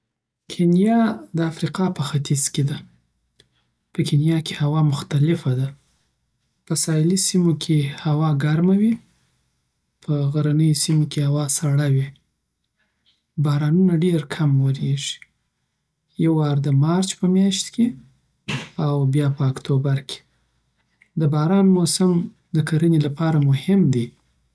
کینیا د افریقا په ختیځ کې ده. په کینیا کی هوا مختلفه ده. په ساحلي سیمو کې هوا ګرمه وي. په غرنیو سیمو کې هوا سړه وي. بارانونه ډیر کم وریږي. یو وار د مارچ په میاشت کې او بیا په اکتوبر کې. د باران موسم د کرنې لپاره مهم دی.